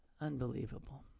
unbelievable